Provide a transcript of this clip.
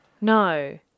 No